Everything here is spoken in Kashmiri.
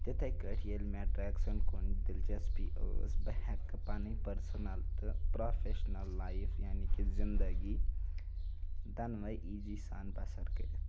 تِتھَے کٲٹھۍ ییٚلہِ مےٚ مےٚ ٹرٛیکسَن کُن دِلچَسپی ٲس بہٕ ہٮ۪کہٕ پَنٕنۍ پٔرسٕنَل تہٕ پرٛافٮ۪شنَل لایف یعنی کہِ زندگی دۄنوَے ایٖزی سان بسر کٔرِتھ